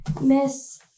Miss